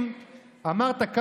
בוא נלמד.